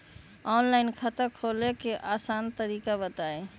Online खाता खोले के आसान तरीका बताए?